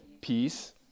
peace